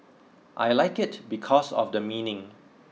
I like it because of the meaning